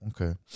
okay